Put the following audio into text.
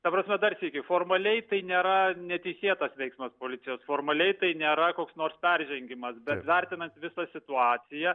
ta prasme dar sykį formaliai tai nėra neteisėtas veiksmas policijos formaliai tai nėra koks nors peržengimas bet vertinant visą situaciją